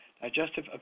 digestive